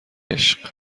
عشق